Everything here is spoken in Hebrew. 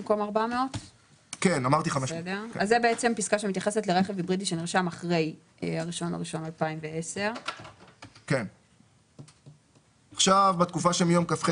זו פסקה שמתייחסת לרכב היברידי שנרשם אחרי 1.1.2010. בתקופה שמיום כ"ח